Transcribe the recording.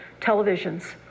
televisions